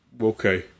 Okay